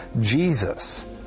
Jesus